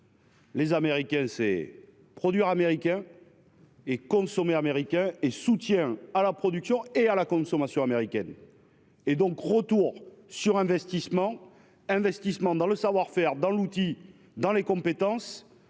Les Américains c'est produire américain. Et consommer américain et soutien à la production et à la consommation américaine. Et donc retour sur investissement, investissements dans le savoir-faire dans l'outil dans les compétences